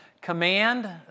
command